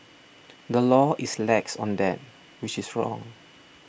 the law is lax on that which is wrong